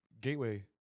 Gateway